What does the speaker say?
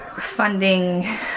funding